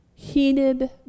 Heated